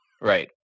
Right